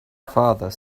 father